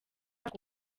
ako